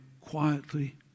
quietly